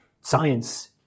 science